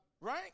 Right